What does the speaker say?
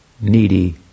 needy